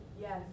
Yes